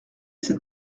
cette